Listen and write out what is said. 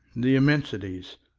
the immensities,